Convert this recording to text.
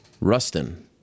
Rustin